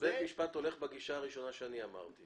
בית המשפט הולך בגישה הראשונה שאני אמרתי.